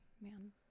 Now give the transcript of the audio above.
Man